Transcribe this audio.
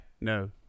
No